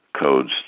codes